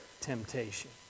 temptation